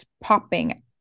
popping